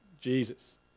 Jesus